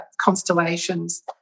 constellations